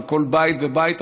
על כל בית ובית,